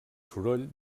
soroll